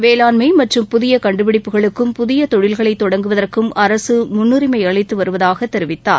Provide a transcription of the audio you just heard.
வேளாண்மை மற்றும் புதிய கண்டுபிடிப்புகளுக்கும் புதிய தொழில்களை தொடங்குவதற்கும் அரசு முன்னுரிமை அளித்து வருவதாக தெரிவித்தார்